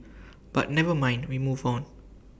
but never mind we move on